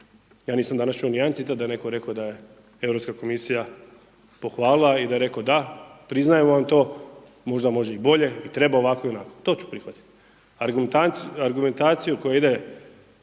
Ja nisam danas čuo niti jedan citat da je netko rekao da je Europska komisija pohvalila i da je rekao da, priznajemo vam to, možda može i bolje i treba ovako i onako. To ću prihvatiti. Argumentaciju koja ide